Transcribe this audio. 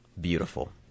Beautiful